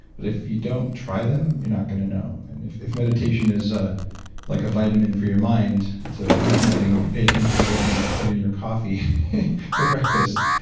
but if you don't try them, you're not going to know. and if if meditation is ah like a vitamin for your mind, it's a nutrient thing that you pay attention to what you put in your coffee for breakfast,